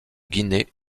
guinée